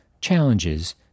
challenges